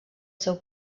seu